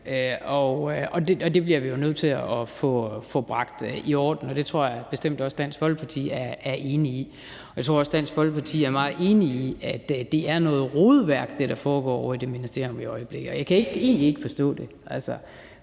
Det bliver vi jo nødt til at få bragt i orden, og det tror jeg bestemt også Dansk Folkeparti er enig i. Jeg tror også, Dansk Folkeparti er meget enig i, at det, der foregår ovre i det ministerium i øjeblikket, er noget rod. Jeg kan egentlig ikke forstå det,